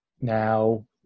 Now